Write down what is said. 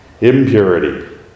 Impurity